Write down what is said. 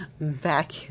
back